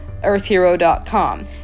earthhero.com